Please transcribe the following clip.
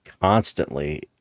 constantly